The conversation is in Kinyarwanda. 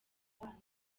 umubano